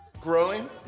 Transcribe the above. growing